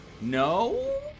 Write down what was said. No